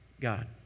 God